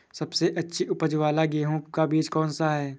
सबसे अच्छी उपज वाला गेहूँ का बीज कौन सा है?